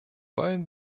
wollen